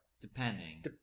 Depending